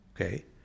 Okay